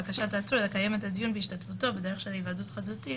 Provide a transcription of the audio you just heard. בקשת העצור לקיים את הדיון בהשתתפותו בדרך של היוועדות חזותית